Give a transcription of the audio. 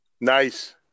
Nice